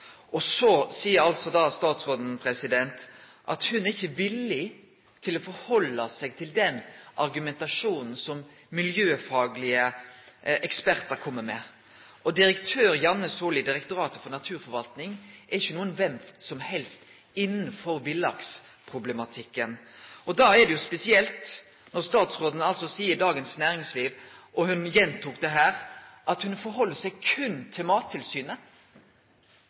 og så seier statsråden at ho ikkje er villig til å halde seg til den argumentasjonen som miljøfaglege ekspertar kjem med. Direktør Janne Sollie i Direktoratet for naturforvaltning er ikkje nokon kven som helst når det gjeld villaksproblematikken. Da er det jo spesielt når statsråden seier i Dagens Næringsliv, og ho gjentok det her, at ho tek omsyn berre til Mattilsynet.